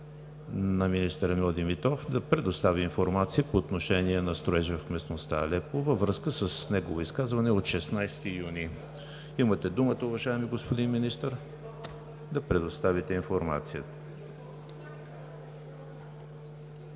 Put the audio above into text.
на министър Емил Димитров да предостави информация по отношение на строежа в местността Алепу във връзка с негово изказване от 16 юни 2020 г. Имате думата, уважаеми господин Министър, да предоставите информацията.